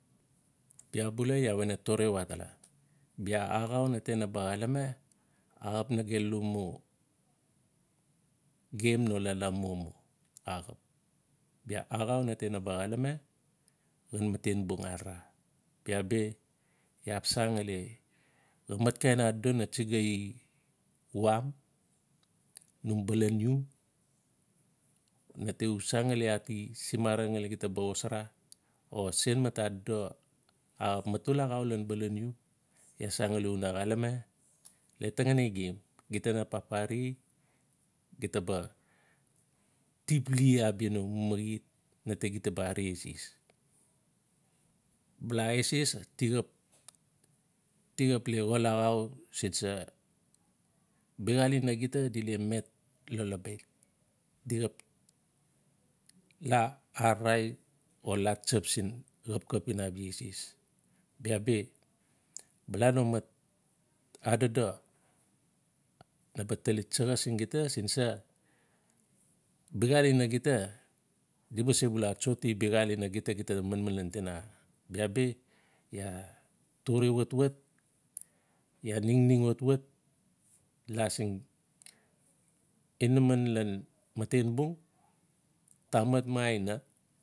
Iaa bula iaa we na tore watala bia axau na te naba xalame, axap nagelu mu, gem no lalamua mu axap. Bia axau nate naba xalame xhan matenbung arara. Bia bi iaa xap san ngali no mat kain adodo na tsigai wuam, num balan iu, nate u san ngali ati semarang ngali gita ba xosara o sen mat adodo amatul axau lan balan iu, iaa san ngali una xalame le tanginai gem gita na papare gita ba topli abia no mamaet nate gita ba aare eses. Bala eses ti xap ti xap le xol axau sin sa? Biaxal ina gita di le met lolobet. Di xap la ararai o la tsap siin xapkap ina abia eses. Bia bi bala no mat adodo naba tali tsaxa siin gita, siin sa? Biaxal in gits di ba sebula atsoti biaxal ina gita, manman ian tinaxa? Bia bi iaa tore watwat, iaa ningning watwat la siin inaman lan maten bung, tamat ma aina.